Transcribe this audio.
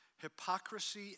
hypocrisy